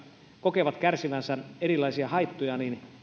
kokevat kärsivänsä erilaisia haittoja